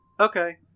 Okay